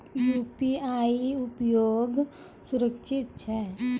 UPI उपयोग सुरक्षित छै?